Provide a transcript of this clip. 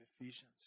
Ephesians